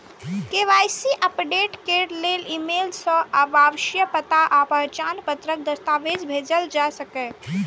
KYC update करै लेल email सं आवासीय पता आ पहचान पत्रक दस्तावेज भेजल जा सकैए